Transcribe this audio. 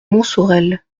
montsorel